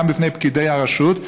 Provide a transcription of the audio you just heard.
גם לפני פקידי הרשות,